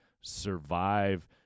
survive